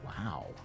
Wow